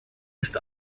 ist